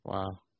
Wow